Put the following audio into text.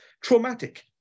traumatic